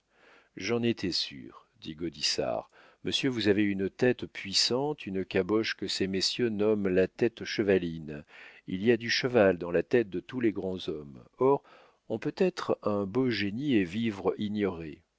j'en étais sûr dit gaudissart monsieur vous avez une tête puissante une caboche que ces messieurs nomment la tête chevaline y a du cheval dans la tête de tous les grands hommes or on peut être un beau génie et vivre ignoré